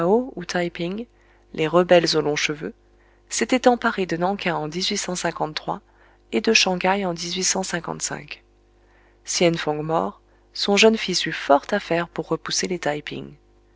taï ping les rebelles aux longs cheveux s'étaient emparés de nan king en et de shang haï en sion mort son jeune fils eut fort à faire pour repousser les taï ping